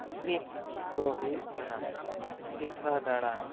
trip ᱫᱚ ᱦᱩᱭᱩᱜ ᱠᱟᱱᱟ ᱫᱤᱜᱷᱟ ᱫᱟᱬᱟᱱ